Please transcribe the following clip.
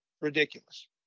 ridiculous